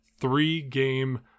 three-game